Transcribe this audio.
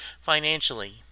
financially